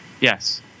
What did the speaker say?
Yes